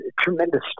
tremendous